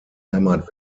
heimat